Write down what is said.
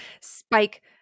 Spike